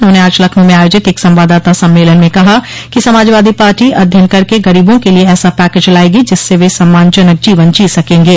उन्होंने आज लखनऊ में आयोजित एक संवाददाता सम्मेलन में कहा कि समाजवादी पार्टी अध्ययन करके गरीबों के लिए ऐसा पैकेज लायेगी जिससे वे सम्मानजनक जीवन जी सकेंगे